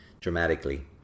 dramatically